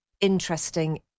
interesting